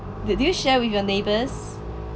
do do you share with your neighbours